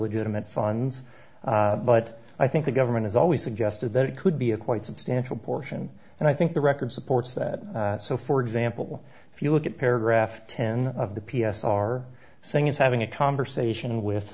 illegitimate funds but i think the government is always suggested that it could be a quite substantial portion and i think the record supports that so for example if you look at paragraph ten of the p s are saying is having a conversation with